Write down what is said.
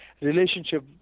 relationship